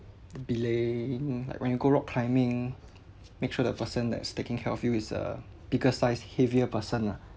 to be like in like when you go rock climbing make sure the person that is taking care of you is a bigger size heavier person lah